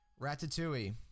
Ratatouille